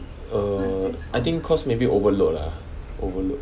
err I think cause maybe overload lah overload